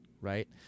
right